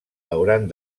hauran